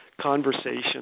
conversation